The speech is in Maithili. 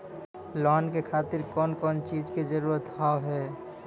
लोन के खातिर कौन कौन चीज के जरूरत हाव है?